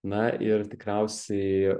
na ir tikriausiai